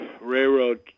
railroad